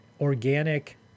organic